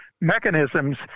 mechanisms